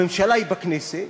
הממשלה היא בכנסת.